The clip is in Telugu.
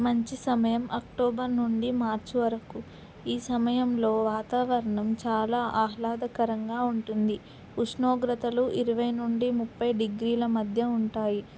మంచి సమయం అక్టోబర్ నుండి మార్చ్ వరకు ఈ సమయంలో వాతావరణం చాలా ఆహ్లాదకరంగా ఉంటుంది ఉష్ణోగ్రతలు ఇరవై నుండి ముప్పై డిగ్రీల మధ్య ఉంటాయి